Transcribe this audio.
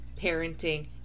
parenting